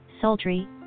sultry